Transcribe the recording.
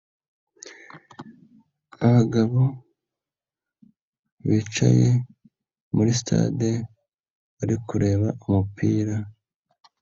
Abagabo bicaye muri stade bari kureba umupira.